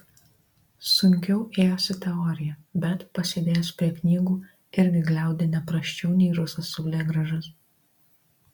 sunkiau ėjosi teorija bet pasėdėjęs prie knygų irgi gliaudė ne prasčiau nei rusas saulėgrąžas